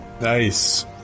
Nice